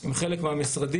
עם חלק מהמשרדים,